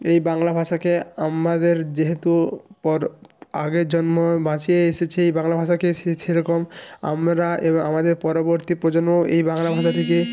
এই বাংলা ভাষাকে আমাদের যেহেতু পর আগের জন্ম বাঁচিয়ে এসেছে এই বাংলা ভাষাকে সেরকম আমরা এবং আমাদের পরবর্তী প্রজন্ম এই বাংলা ভাষাটিকে